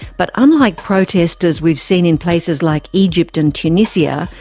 but unlike protesters we've seen in places like egypt and tunisia,